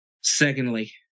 Secondly